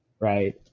Right